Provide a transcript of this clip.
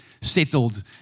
settled